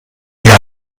ihr